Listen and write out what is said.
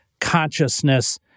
consciousness